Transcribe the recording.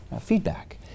feedback